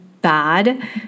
bad